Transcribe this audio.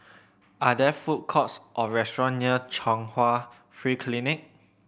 are there food courts or restaurant near Chung Hwa Free Clinic